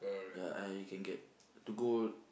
ya I can get to go